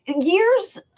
years